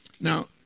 Now